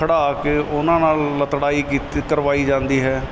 ਖੜ੍ਹਾ ਕੇ ਉਹਨਾਂ ਨਾਲ ਲਤੜਾਈ ਕੀਤੀ ਕਰਵਾਈ ਜਾਂਦੀ ਹੈ